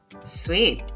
sweet